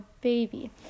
baby